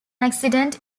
accident